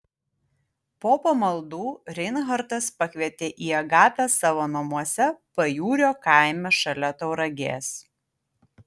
po pamaldų reinhartas pakvietė į agapę savo namuose pajūrio kaime šalia tauragės